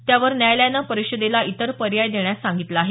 त्यावर न्यायालयानं परिषदेला इतर पर्याय देण्यास सांगितलं आहे